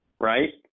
right